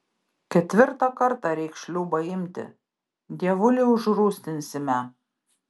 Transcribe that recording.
ketvirtą kartą reiks šliūbą imti dievulį užrūstinsime